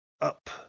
up